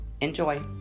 Enjoy